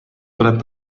tuleb